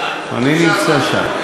נמצא שם.